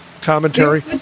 commentary